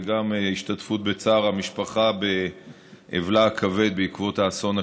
גם השתתפות בצער המשפחה באבלה הכבד בעקבות האסון הקשה.